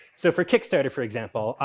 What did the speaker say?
so, for kickstarter, for example,